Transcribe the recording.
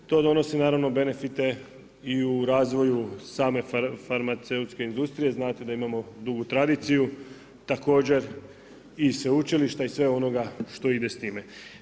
To donosi benefite i u razvoju same farmaceutske industrije, znate da imamo dugu tradiciju, također i sveučilišta i sve onoga što ide s time.